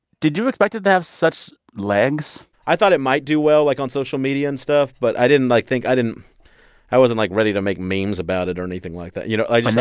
did you expect it to have such legs? i thought it might do well, like, on social media and stuff. but i didn't, like, think i didn't i wasn't, like, ready to make memes about it or anything like that, you know? and you know